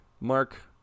Mark